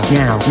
now